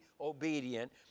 obedient